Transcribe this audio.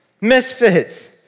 misfits